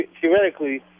theoretically